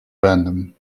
random